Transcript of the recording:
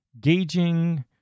gauging